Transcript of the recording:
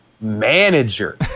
manager